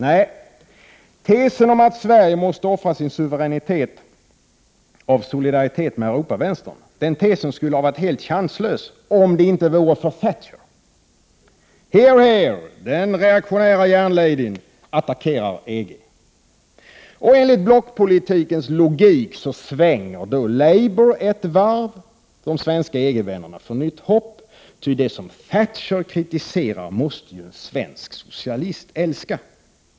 Nej, tesen om att Sverige måste offra sin suveränitet av solidaritet med Europavänstern skulle ha varit helt chanslös — om det inte vore för Thatcher! Hear, hear, den reaktionära järnladyn attackerar EG. Enligt blockpolitikens logik svänger då Labour ett varv och de svenska EG-vännerna får nytt hopp. Ty det som Thatcher kritiserar måste ju en svensk socialist älska.